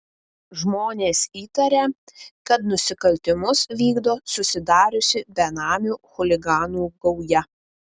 žmonės įtaria kad nusikaltimus vykdo susidariusi benamių chuliganų gauja